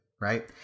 right